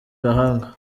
gahanga